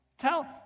Tell